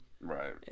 Right